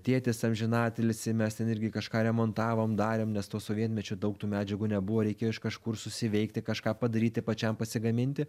tėtis amžinatilsį mes ten irgi kažką remontavom darėm nes to sovietmečiu daug tų medžiagų nebuvo reikėjo iš kažkur susiveikti kažką padaryti pačiam pasigaminti